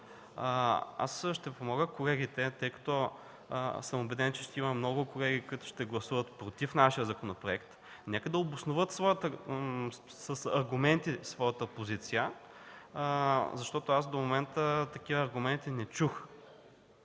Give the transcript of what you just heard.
Ще помоля колегите, тъй като съм убеден, че ще има много колеги, които ще гласуват „против” нашия законопроект, нека да обосноват с аргументи своята позиция, защото до момента такива аргументи не чух.